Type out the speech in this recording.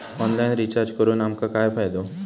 Online recharge करून आमका काय फायदो?